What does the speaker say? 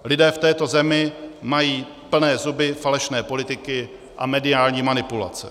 Lidé v této zemi mají plné zuby falešné politiky a mediální manipulace.